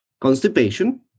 Constipation